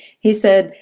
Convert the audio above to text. he said,